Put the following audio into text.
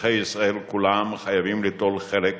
אזרחי ישראל כולם חייבים ליטול חלק